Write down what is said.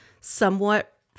somewhat